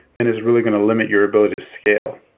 and it's really going to limit your ability to scale.